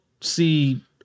see